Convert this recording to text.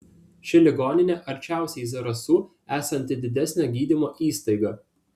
ši ligoninė arčiausiai zarasų esanti didesnė gydymo įstaiga